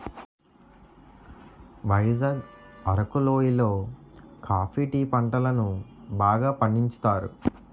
వైజాగ్ అరకు లోయి లో coffee tea పంటలను బాగా పండించుతారు